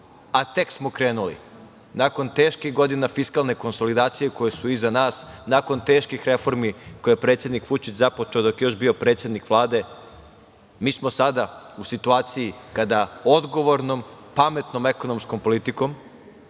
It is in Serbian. a tek smo krenuli. Nakon teških godina fiskalne konsolidacije koje su iza nas, nakon teških reformi koje je predsednik Vučić započeo dok je još bio predsednik Vlade, mi smo sada u situaciji kada odgovornom, pametnom ekonomskom politikom